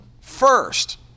first